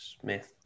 Smith